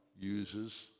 uses